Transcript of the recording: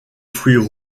fruits